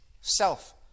self